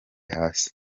hasi